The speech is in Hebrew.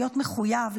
להיות מחויב,